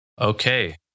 Okay